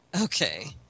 okay